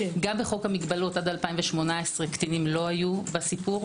גם בחוק המגבלות עד 2018 קטינים לא היו בסיפור.